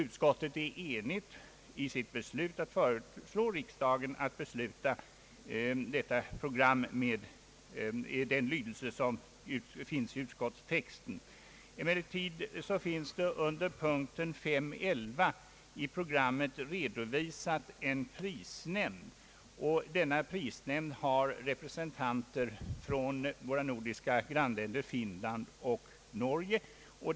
Utskottet är enigt i sitt beslut att föreslå riksdagen att godkänna programmet med den lydelse som återges i utskottets text. Emellertid finns under punkten 5.11 i programmet redovisad en prisnämnd med representanter från våra nordiska grannländer Finland och Norge.